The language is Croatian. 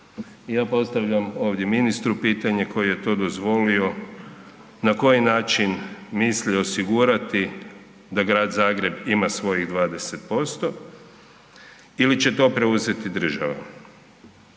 ja postavljam ovdje ministru pitanje koji je to dozvolio, na koji način misli osigurati da Grad Zagreb ima svojih 20% ili će to preuzeti država.